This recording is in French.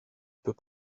peut